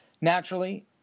Naturally